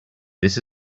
this